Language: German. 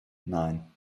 nein